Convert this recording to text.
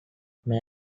may